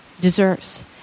deserves